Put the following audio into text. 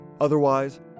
Otherwise